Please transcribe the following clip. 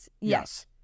yes